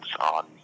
on